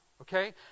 Okay